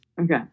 okay